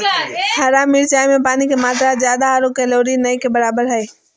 हरा मिरचाय में पानी के मात्रा ज्यादा आरो कैलोरी नय के बराबर हइ